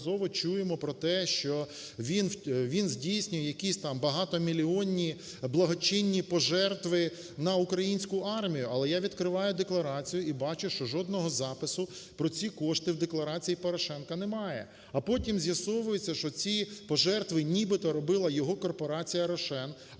що він здійснює якісь там багатомільйонні благочинні пожертви на українську армію. Але я відкриваю декларацію і бачу, що жодного запису про ці кошти в декларації Порошенка немає. А потім з'ясовується, що ці пожертви нібито робила його Корпорація "Рошен".